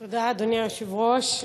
תודה, אדוני היושב-ראש.